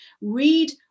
Read